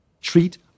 treat